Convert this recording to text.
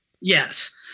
yes